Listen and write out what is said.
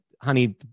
honey